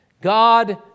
God